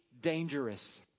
dangerous